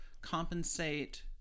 compensate